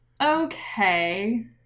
Okay